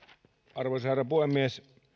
arvoisa herra puhemies